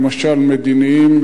למשל מדיניים,